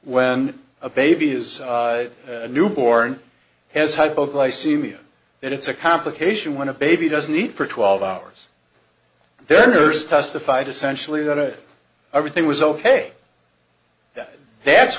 when a baby is a newborn has hypoglycemia that it's a complication when a baby doesn't eat for twelve hours their nurse testified essentially that everything was ok that that's